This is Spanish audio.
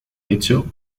hecho